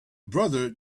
brother